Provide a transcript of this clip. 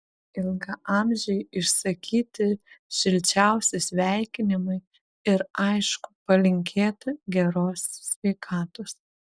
ilgaamžei išsakyti šilčiausi sveikinimai ir aišku palinkėta geros sveikatos